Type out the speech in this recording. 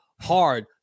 hard